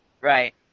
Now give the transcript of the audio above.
right